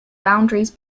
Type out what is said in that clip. boundaries